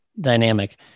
dynamic